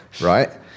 Right